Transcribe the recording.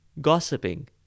gossiping